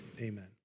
Amen